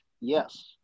yes